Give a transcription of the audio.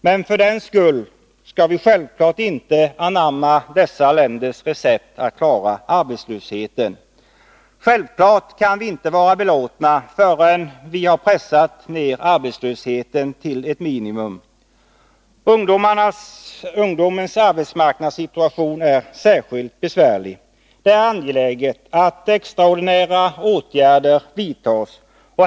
Men för den skull skall vi naturligtvis inte anamma dessa länders recept att klara arbetslösheten. Självfallet kan vi inte vara belåtna förrän vi har pressat ner arbetslösheten till ett minimum. Ungdomens arbetsmarknadssituation är särskilt allvarlig. Det är angeläget att extraordinära åtgärder vidtas.